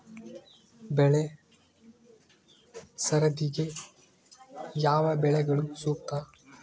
ಬೆಳೆ ಸರದಿಗೆ ಯಾವ ಬೆಳೆಗಳು ಸೂಕ್ತ?